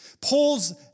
Paul's